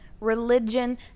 religion